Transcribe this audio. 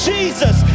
Jesus